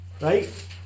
right